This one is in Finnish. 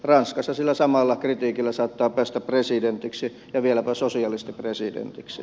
ranskassa sillä samalla kritiikillä saattaa päästä presidentiksi ja vieläpä sosialistipresidentiksi